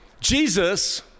Jesus